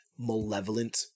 malevolent